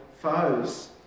foes